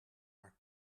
maar